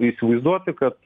įsivaizduoti kad